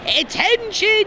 Attention